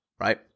right